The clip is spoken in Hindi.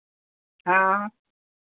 हाँ